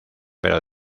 pero